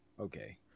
Okay